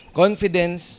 confidence